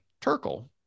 Turkle